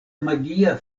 magia